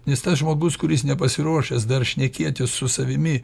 nes tas žmogus kuris nepasiruošęs dar šnekėtis su savimi